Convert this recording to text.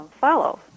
follow